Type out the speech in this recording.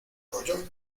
rollo